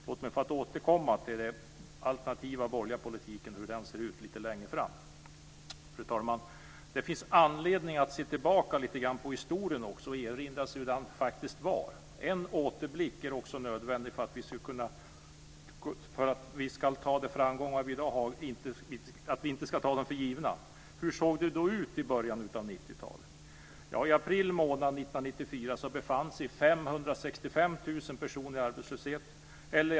Låt mig få återkomma till den alternativa borgerliga politiken och hur den ser ut lite längre fram. Fru talman! Det finns också anledning att se tillbaka lite grann på historien och erinra sig hur det faktiskt var. En återblick är också nödvändig för att vi inte ska ta de framgångar som vi har i dag för givna. Hur såg det då ut i början av 90-talet?